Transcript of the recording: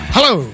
Hello